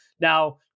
Now